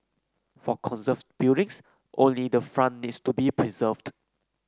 for conserved buildings only the front needs to be preserved